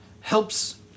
helps